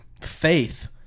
faith